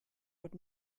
would